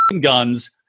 guns